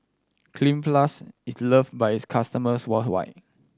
Cleanz Plus is loved by its customers worldwide